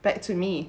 back to me